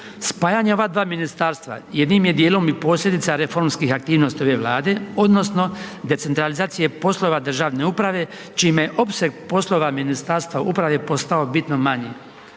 Spajanje ova dva ministarstva, jednim je djelom i posljedica reformskih aktivnosti ove Vlade odnosno decentralizacije poslova državne uprave čime je opseg poslova Ministarstva uprave postao bitno manji.